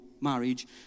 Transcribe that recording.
marriage